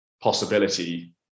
possibility